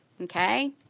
Okay